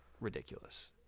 ridiculous